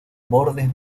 bordes